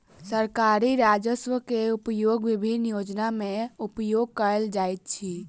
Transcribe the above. सरकारी राजस्व के उपयोग विभिन्न योजना में उपयोग कयल जाइत अछि